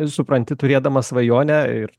supranti turėdamas svajonę ir